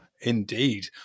Indeed